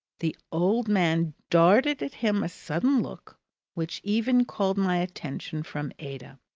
the old man darted at him a sudden look which even called my attention from ada,